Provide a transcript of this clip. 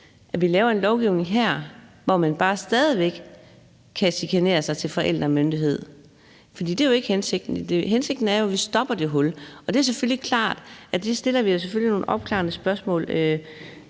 at vi laver en lovgivning her, hvor man bare stadig væk kan chikanere sig til forældremyndigheden. For det er jo ikke hensigten. Hensigten er jo, at vi stopper det hul. Det er klart, at det stiller vi selvfølgelig nogle opklarende spørgsmål